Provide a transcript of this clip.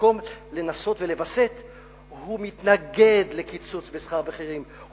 ובמקום לנסות ולווסת הוא מתנגד לקיצוץ בשכר בכירים,